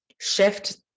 shift